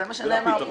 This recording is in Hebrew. זה מה שנאמר פה.